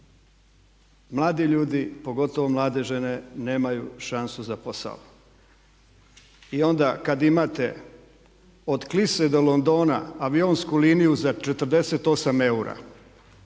mladi ljudi, pogotovo mlade žene nemaju šansu za posao. I onda kad imate od Klise do Londona avionsku liniju za 48 eura